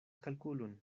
kalkulon